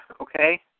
okay